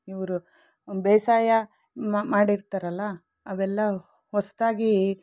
ಇವರು ಬೇಸಾಯ ಮಾಡಿರ್ತಾರಲ್ಲ ಅವೆಲ್ಲ ಹೊಸದಾಗಿ